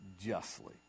justly